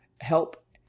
help